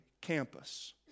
campus